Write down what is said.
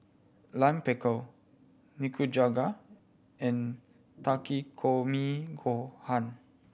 Lime Pickle Nikujaga and Takikomi Gohan